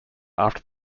after